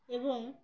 এবং